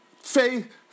faith